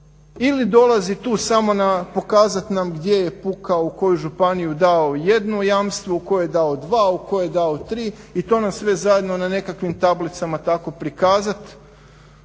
ili dolazi tu samo pokazat nam gdje je pukao, u koju županiju dao jedno jamstvo, u kojoj dao dva, u kojoj dao tri i to sve zajedno na nekakvim tablicama tako prikazat